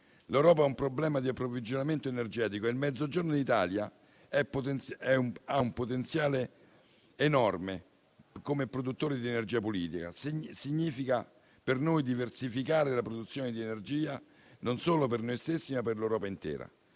l'Europa ha un problema di approvvigionamento energetico e il Mezzogiorno d'Italia ha un potenziale enorme come produttore di energia pulita. Significa per noi diversificare la produzione di energia non solo per noi stessi, ma per l'Europa intera.